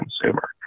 consumer